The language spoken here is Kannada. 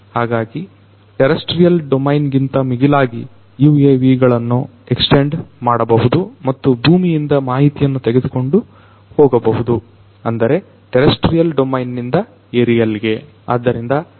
ಹಾಗಾಗಿ ಟೆರೆಸ್ರ್ಟಿಯಲ್ ಡೊಮೈನ್ ಗಿಂತ ಮಿಗಿಲಾಗಿ UAVಗಳನ್ನ ಎಕ್ಸ್ಟೆಂಡ್ ಮಾಡಬಹುದು ಮತ್ತು ಭೂಮಿಯಿಂದ ಮಾಹಿತಿಯನ್ನು ತೆಗೆದುಕೊಂಡು ಹೋಗಬಹುದು ಅಂದರೆ ಟೆರೆಸ್ರ್ಟಿಯಲ್ ಡೊಮೈನ್ ನಿಂದ ಏರಿಯಲ್ ಗೆ